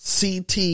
CT